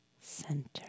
center